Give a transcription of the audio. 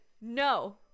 no